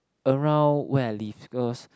around where I live because